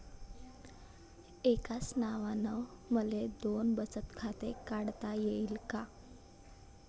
एकाच नावानं मले दोन बचत खातं काढता येईन का?